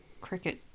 cricket